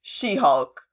She-Hulk